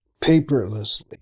paperlessly